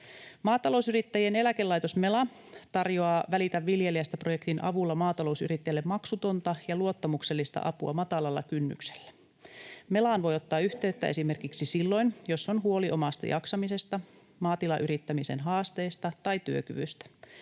Maatalousyrittäjien eläkelaitos Mela tarjoaa Välitä viljelijästä -projektin avulla maatalousyrittäjille maksutonta ja luottamuksellista apua matalalla kynnyksellä. Melaan voi ottaa yhteyttä esimerkiksi silloin, jos on huoli omasta jaksamisesta, maatilayrittämisen haasteista tai työkyvystä.